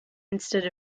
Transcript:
instead